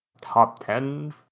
top-ten